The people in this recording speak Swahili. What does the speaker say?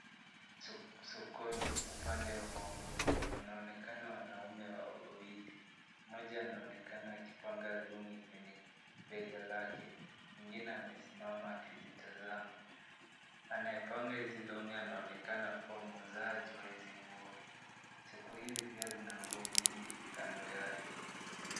Sokoni upande wa manguo, wanaonekana wanaume wawili ,mmoja anaonekana akipanga long'i kwenye bega lake ,mwingine amesimama akizitazama , anayepanga hizi long'i anaonekana kuwa muuzaji wa hizi nguo ,soko hili pia zina nguo nyingi kando yake.